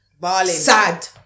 sad